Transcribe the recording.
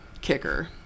kicker